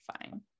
fine